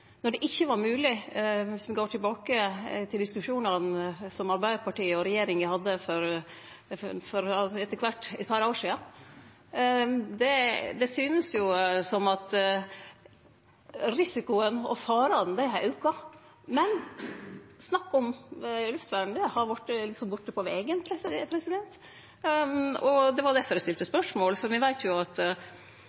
når det ikkje var mogleg viss ein går tilbake til diskusjonane som Arbeidarpartiet og regjeringa hadde for eit par år sidan? Det synest som om risikoen og farane har auka, men snakket om luftvern har vorte borte på vegen. Det var difor eg stilte